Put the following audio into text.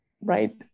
Right